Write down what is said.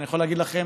אני יכול להגיד לכם